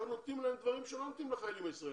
אנחנו נותנים להם דברים שלא נותנים לחיילים הישראלים,